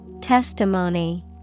Testimony